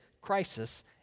crisis